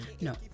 No